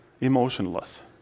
emotionless